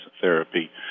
therapy